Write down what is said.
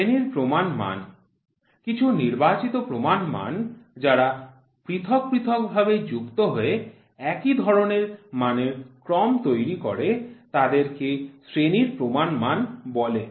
শ্রেণীর প্রমাণ মান কিছু নির্বাচিত প্রমাণ মান যারা পৃথক পৃথক ভাবে যুক্ত হয়ে একই ধরণের মানের ক্রম তৈরি করে তাকে শ্রেণীর প্রমাণ মান বলে